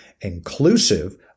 Inclusive